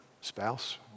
spouse